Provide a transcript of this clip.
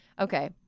okay